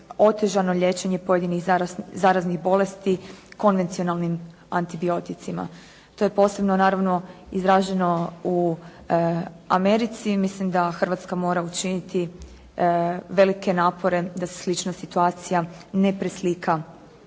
otežano liječenje pojedinih zaraznih bolesti konvencionalnim antibioticima. To je posebno naravno izraženo u Americi. Mislim da Hrvatska mora učiniti velike napore da se slična situacija ne preslika